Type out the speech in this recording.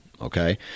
Okay